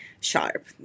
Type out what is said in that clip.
sharp